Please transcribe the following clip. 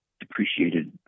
depreciated